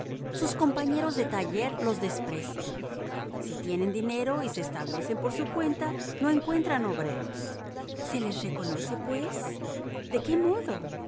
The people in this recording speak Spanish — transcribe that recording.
sus compañeros de taller los desprecian si tienen dinero y se establecen por su cuenta no encuentran obreros se les reconoce pues de qué modo